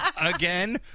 Again